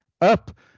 up